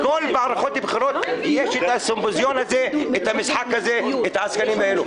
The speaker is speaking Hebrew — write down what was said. בכל מערכת בחירות יש את המשחק הזה ואת העסקנים האלה.